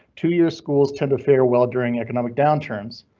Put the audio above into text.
two year schools tend to fare well during economic downturns.